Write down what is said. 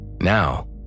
Now